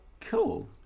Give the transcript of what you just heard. Cool